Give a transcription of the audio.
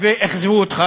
ואכזבו אותך,